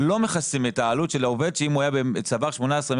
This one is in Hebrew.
לא מכסים את העלות של העובד שאם הוא צבר 18 ימי